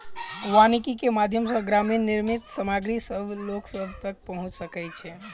वानिकी के माध्यम सॅ ग्रामीण निर्मित सामग्री सभ लोक तक पहुँच सकै छै